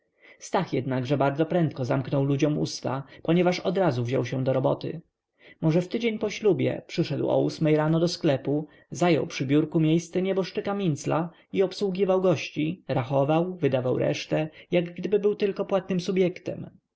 stach jednakże bardzo prędko zamknął ludziom usta ponieważ odrazu wziął się do roboty może w tydzień po ślubie przyszedł o ósmej rano do sklepu zajął przy biórku miejsce nieboszczyka mincla i obsługiwał gości rachował wydawał resztę jak gdyby był tylko płatnym